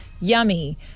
yummy